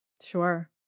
Sure